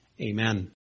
Amen